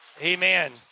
amen